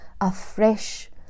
afresh